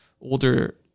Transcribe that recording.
older